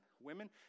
women